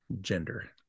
Gender